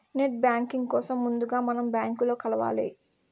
net banking కోసం ముందుగా మనం బ్యాంకులో కలవాలి